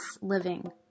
living